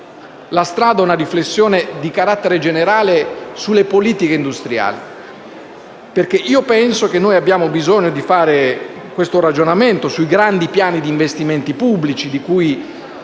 la strada ad una riflessione di carattere generale sulle politiche industriali, perché penso che abbiamo bisogno di fare un ragionamento sui grandi piani di investimenti pubblici, di cui